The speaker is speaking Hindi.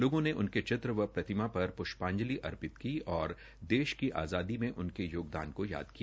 लोगों ने उनके चित्र व प्रतिमा पर पृष्पांजलि अर्पित की ओर देश की आजादी में उनके योगदान को याद किया